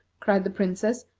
cried the princess,